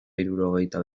hirurogeita